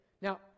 Now